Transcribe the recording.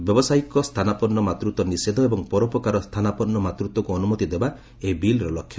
ବ୍ୟାବସାୟିକ ସ୍ଥାନାପନ୍ନ ମାତୃତ୍ୱ ନିଷେଧ ଏବଂ ପରୋପକାର ସ୍ଥାନାପନ୍ନ ମାତୃତ୍ୱକୁ ଅନୁମତି ଦେବା ଏହି ବିଲ୍ର ଲକ୍ଷ୍ୟ